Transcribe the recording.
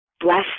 Bless